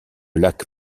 lac